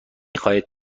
خواهید